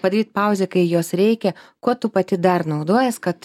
padaryt pauzę kai jos reikia kuo tu pati dar naudojies kad